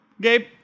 gabe